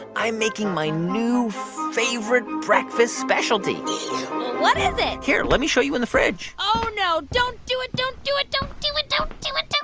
i'm making my new favorite breakfast specialty what is it? here, let me show you in the fridge oh, no. don't do it. don't do it. don't do it. don't do it. don't